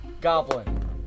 goblin